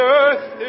earth